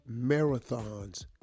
marathons